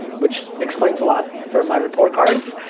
which explains a lot for my report cards,